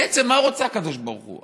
בעצם, מה רוצה הקדוש ברוך הוא?